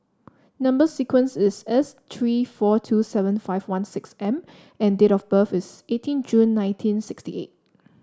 number sequence is S three four two seven five one six M and date of birth is eighteen June nineteen sixty eight